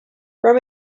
from